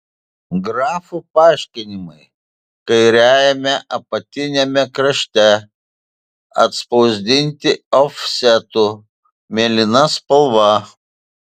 grafų paaiškinimai kairiajame apatiniame krašte atspausdinti ofsetu mėlyna spalva